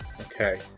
Okay